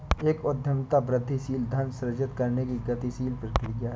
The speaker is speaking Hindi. एक उद्यमिता वृद्धिशील धन सृजित करने की गतिशील प्रक्रिया है